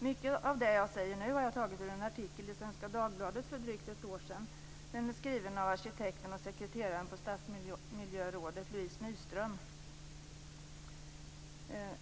Mycket av det jag säger nu har jag tagit ur en artikel i Svenska Dagbladet för drygt ett år sedan. Den är skriven av arkitekten och sekreteraren på Stadsmiljörådet Louise Nyström.